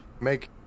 make